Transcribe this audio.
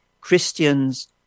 Christians